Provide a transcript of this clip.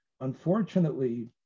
unfortunately